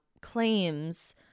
claims